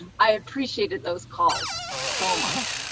i appreciated those calls so much.